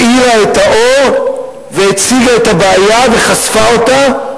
האירה את האור, והציגה את הבעיה וחשפה אותה,